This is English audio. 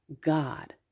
God